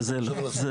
בזה לא.